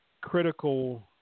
critical